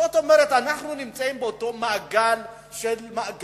זאת אומרת, אנחנו נמצאים באותו מעגל של עוני,